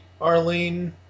Arlene